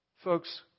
Folks